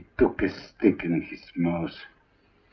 took his stick in his mouth,